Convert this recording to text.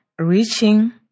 Reaching